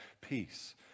peace